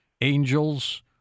angels